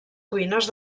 cuines